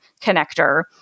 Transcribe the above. connector